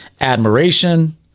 admiration